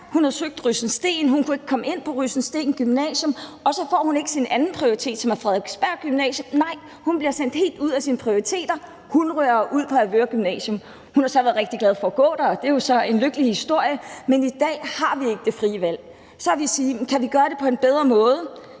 Hun havde søgt Rysensteen Gymnasium, men kunne ikke komme ind der, men hun fik heller ikke sin andenprioritet, som var Frederiksberg Gymnasium. Nej, hun fik ikke opfyldt nogen af sine prioriteter, men røg ud på Avedøre Gymnasium. Hun har været rigtig glad for at gå der, og det er jo så en lykkelig historie; men i dag har vi ikke det frie valg. Så har vi spurgt: Kan vi gøre det på en bedre måde?